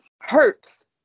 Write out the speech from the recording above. hurts